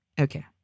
Okay